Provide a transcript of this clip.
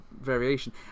variation